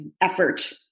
effort